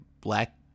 black